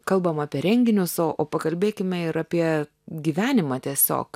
kalbam apie renginius o o pakalbėkime ir apie gyvenimą tiesiog